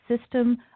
system